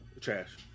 Trash